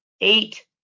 eight